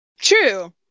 True